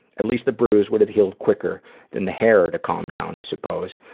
at least the bruise would've healed quicker than the hair to calm down, i suppose.